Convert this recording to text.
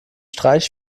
streich